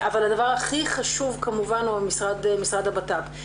הדבר הכי חשוב, כמובן, הוא משרד הבט"פ.